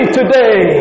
today